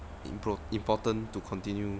impor~ important to continue